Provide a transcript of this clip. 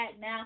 now